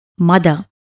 Mother